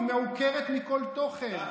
היא מעוקרת מכל תוכן.